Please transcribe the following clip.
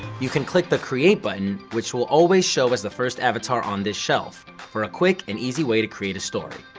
you can click the create button which will always show as the first avatar on this shelf for a quick and easy way to create a story.